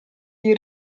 gli